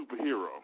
superhero